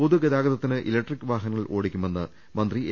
പൊതുഗതാഗതത്തിന് electric വാഹനങ്ങൾ ഓടിക്കുമെന്ന് മന്ത്രി എ